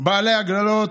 בעלי עגלות,